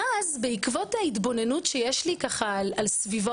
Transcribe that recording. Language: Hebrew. אז בעקבות ההתבוננות שיש לי על סביבות,